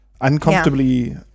uncomfortably